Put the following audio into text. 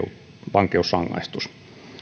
vankeusrangaistus